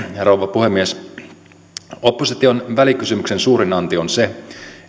rouva puhemies opposition välikysymyksen suurin anti on se